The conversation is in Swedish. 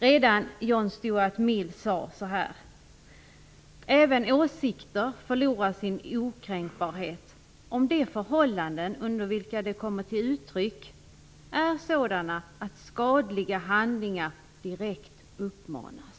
Redan John Stuart Mill sade: Även åsikter förlorar sin okränkbarhet om de förhållanden under vilka de kommer till uttryck är sådana att skadliga handlingar direkt uppmanas.